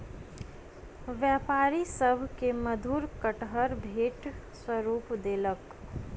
व्यापारी सभ के मधुर कटहर भेंट स्वरूप देलक